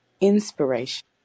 inspiration